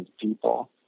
people